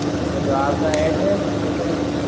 अच्छा तो आपका एड्रेस वगैरह कुछ